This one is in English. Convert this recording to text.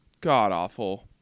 god-awful